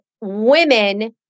women